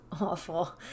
awful